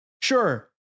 Sure